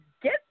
get